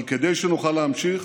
אבל כדי שנוכל להמשיך